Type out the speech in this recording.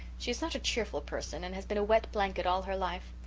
she is not a cheerful person and has been a wet blanket all her life.